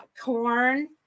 corn